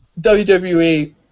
WWE